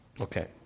Okay